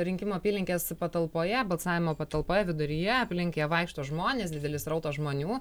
rinkimų apylinkės patalpoje balsavimo patalpoje viduryje aplink ją vaikšto žmonės didelis srautas žmonių